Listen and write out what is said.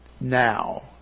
now